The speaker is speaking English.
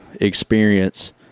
experience